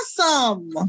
awesome